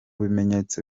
bimenyetso